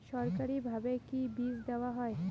সরকারিভাবে কি বীজ দেওয়া হয়?